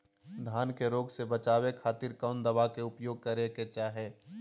धान के रोग से बचावे खातिर कौन दवा के उपयोग करें कि चाहे?